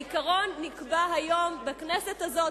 העיקרון נקבע היום בכנסת הזאת,